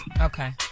Okay